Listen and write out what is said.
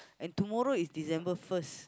and tomorrow is December first